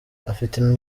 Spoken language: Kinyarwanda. afite